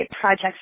projects